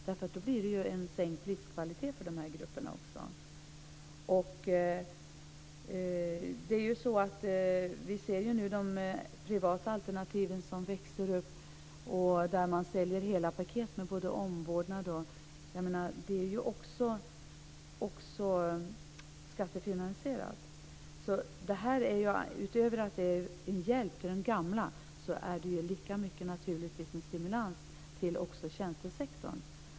I annat fall blir det en sänkt livskvalitet för de grupperna. Vi ser nu de privata alternativen som växer upp där man säljer hela paket med omvårdnad. Det är också skattefinansierat. Utöver att det är en hjälp till de gamla är det naturligtvis lika mycket en stimulans till tjänstesektorn.